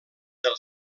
del